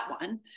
one